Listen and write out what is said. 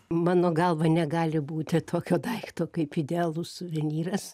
mano galva negali būti tokio daikto kaip idealus suvenyras